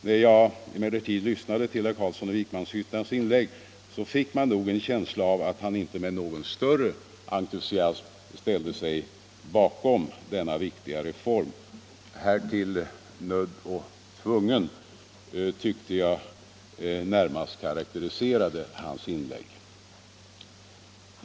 När jag lyssnade till inlägget från herr Carlsson i Vikmanshyttan fick jag en känsla av att han inte med någon större entusiasm ställde sig bakom denna viktiga reform. Härtill nödd och tvungen, tyckte jag mest karakteriserade hans inlägg.